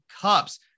cups